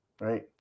right